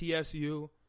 TSU